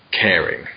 caring